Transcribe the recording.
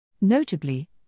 Notably